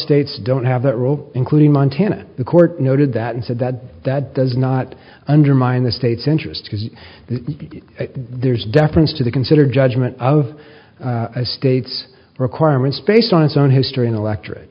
states don't have that roe including montana the court noted that and said that that does not undermine the state's interest because there's deference to the considered judgment of states requirements based on its own history